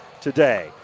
today